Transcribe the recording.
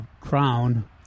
Crown